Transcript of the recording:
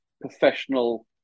professional